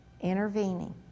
intervening